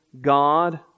God